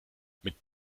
mit